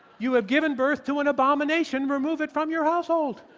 you have given birth to an abomination. remove it from your household.